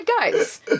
guys